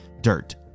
dirt